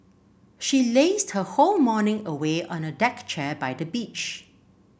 she lazed her whole morning away on a deck chair by the beach